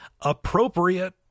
appropriate